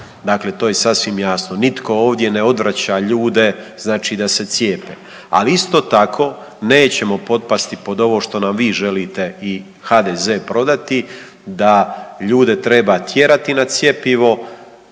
Dakle, to je sasvim jasno. Nitko ovdje ne odvraća ljude, znači da se cijepe. Ali isto tako nećemo potpasti pod ovo što nam vi želite i HDZ prodati, da ljude treba tjerati na cjepivo.